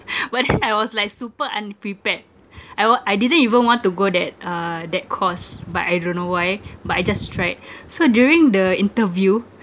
but then I was like super unprepared I wa~ I didn't even want to go that uh that course but I don't know why but I just tried so during the interview